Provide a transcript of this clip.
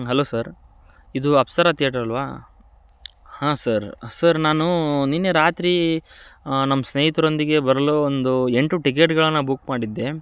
hello sir ಇದು Apsara theatre ಅಲ್ಲವಾ ಹಾಂ ಸರ್ ಸರ್ ನಾನು ನಿನ್ನೆ ರಾತ್ರಿ ನಮ್ಮ ಸ್ನೇಹಿತರೊಂದಿಗೆ ಬರಲು ಒಂದು ಎಂಟು ಟಿಕೆಟ್ಗಳನ್ನು ಬುಕ್ ಮಾಡಿದ್ದೆ